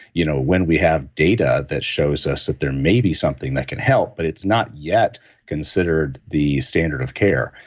you know when we have data that shows us that there may be something that can help, but it's not yet considered the standard of care,